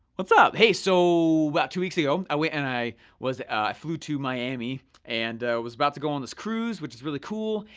what's up? hey, so about two weeks ago, i went and i flew to miami and was about to go on this cruise, which is really cool,